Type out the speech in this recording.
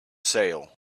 sale